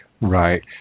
Right